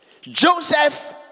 Joseph